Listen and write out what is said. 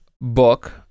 book